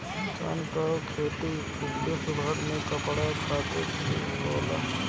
सन कअ खेती विश्वभर में कपड़ा खातिर भी होला